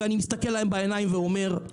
ואני מסתכל להם בעיניים ואומר: